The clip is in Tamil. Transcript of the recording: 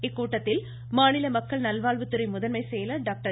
இக்கூட்டத்தில் மாநில மக்கள் நல்வாழ்வுத்துறை முதன்மை செயலாளர் டாக்டர்